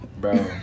Bro